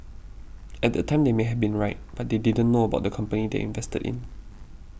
at that time they might have been right but they didn't know about the company they invested in